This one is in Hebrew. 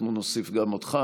אנחנו נוסיף גם אותך.